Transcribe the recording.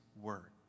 work